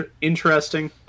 Interesting